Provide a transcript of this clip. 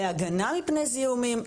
להגנה מפני זיהומים,